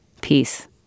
Peace